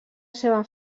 seva